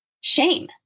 shame